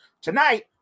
Tonight